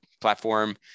platform